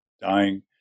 dying